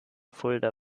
fulda